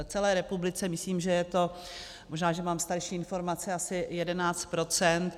V celé republice, myslím, že je to, možná že mám starší informace, asi 11 procent.